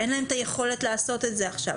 אין להם את היכולת לעשות את זה עכשיו.